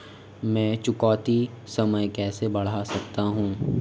मैं चुकौती समय कैसे बढ़ा सकता हूं?